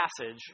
passage